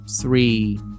three